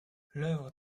l’œuvre